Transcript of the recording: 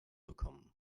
bekommen